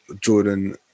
Jordan